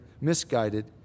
misguided